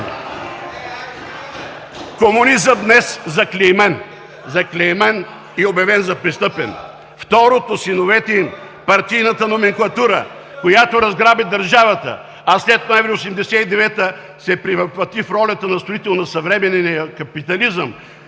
Комунизъм – днес заклеймен. Заклеймен и обявен за престъпен. Второто от синовете им – партийната номенклатура, която разграби държавата, а след ноември 1989 г. се превъплъти в ролята на строител на съвременния капитализъм,